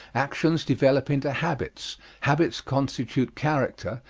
actions develop into habits, habits constitute character,